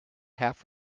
half